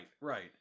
right